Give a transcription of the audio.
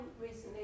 recently